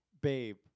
Babe